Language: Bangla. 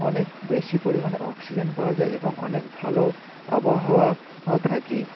অনেক বেশি পরিমাণে অক্সিজেন পাওয়া যায় এবং অনেক ভালো আবহাওয়া থাকে